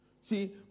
See